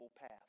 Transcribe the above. path